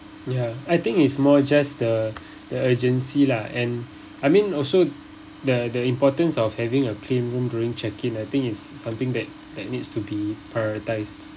ya I think is more just the the urgency lah and I mean also the the importance of having a clean room during check in I think it's something that that needs to be prioritized